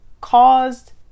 caused